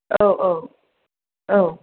औ औ औ